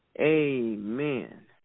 Amen